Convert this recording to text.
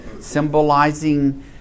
Symbolizing